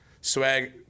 Swag